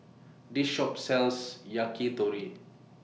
This Shop sells Yakitori